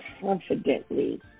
confidently